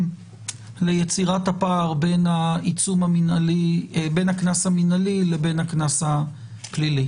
ליצירת הפער בין הקנס המינהלי לבין הקנס הפלילי.